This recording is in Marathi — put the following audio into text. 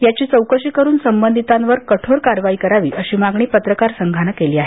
याची चौकशी करून संबधितांवर कठोर कारवाई करावी अशी मागणी पत्रकार संघानं केली आहे